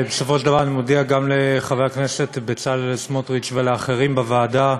בסופו של דבר אני מודה גם לחבר הכנסת בצלאל סמוטריץ ולאחרים בוועדה,